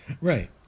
Right